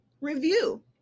review